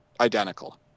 identical